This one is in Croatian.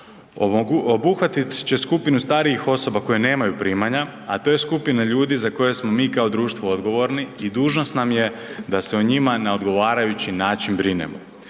Obuhvatit će skupinu starijih osoba koji nemaju primanja, a to je skupina ljudi za koju smo mi kao društvo odgovorni i dužnost nam je da se o njima na odgovarajući način brinemo.